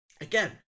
again